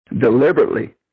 deliberately